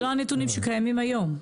אלה לא הנתונים שקיימים היום,